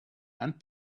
and